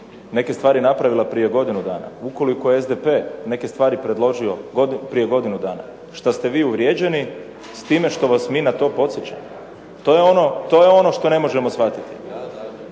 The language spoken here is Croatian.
neke stvari napravila prije godinu dana, ukoliko je SDP neke stvari predložio prije godinu dana što ste vi uvrijeđeni s time što vas mi na to podsjećamo? To je ono što ne možemo shvatiti.